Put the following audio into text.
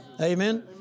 Amen